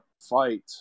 fight